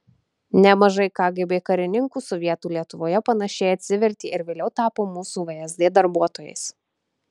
nemažai kgb karininkų sovietų lietuvoje panašiai atsivertė ir vėliau tapo mūsų vsd darbuotojais